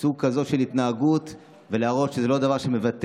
סוג כזה של התנהגות ולהראות שזה לא דבר שמבטא,